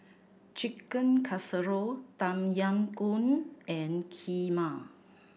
Chicken Casserole Tom Yam Goong and Kheema